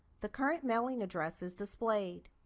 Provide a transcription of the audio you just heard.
the current mailing address is displayed.